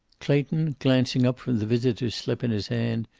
clayton, glancing up from the visitor's slip in his hand,